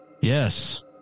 Yes